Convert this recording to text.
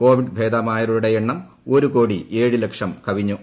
Covid ഭേദമായവരുടെ എണ്ണം ഒരു മ് കോടി ഏഴ് ലക്ഷം കവിഞ്ഞു